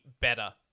better